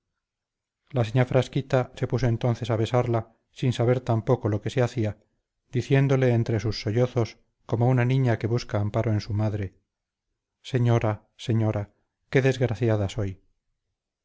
la señá frasquita se puso entonces a besarla sin saber tampoco lo que se hacía diciéndole entre sus sollozos como una niña que busca el amparo de su madre señora señora qué desgraciada soy